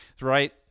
right